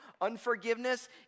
Unforgiveness